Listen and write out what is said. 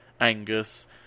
Angus